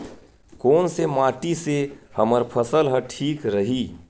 कोन से माटी से हमर फसल ह ठीक रही?